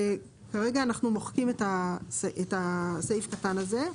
כרגע אנחנו מוחקים את הסעיף הקטן הזה.